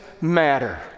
matter